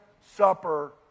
supper